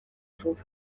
vuba